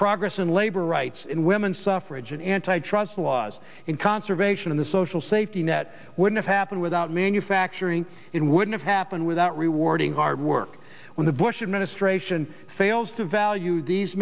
progress in labor rights and women's suffrage and antitrust laws in conservation in the social safety net wouldn't happen without manufacturing in wouldn't happen without rewarding hard work when the bush administration fails to value these